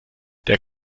der